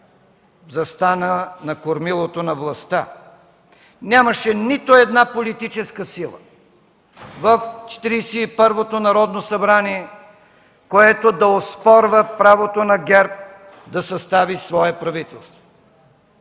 застана на кормилото на властта. Нямаше нито една политическа сила в Четиридесет и първото Народно събрание, която да оспорва правото на ГЕРБ да състави свое правителство.